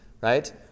right